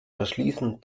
verschließen